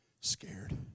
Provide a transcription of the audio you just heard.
scared